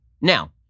Now